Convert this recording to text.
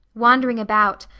wandering about,